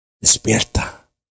Despierta